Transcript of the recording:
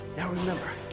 now remember,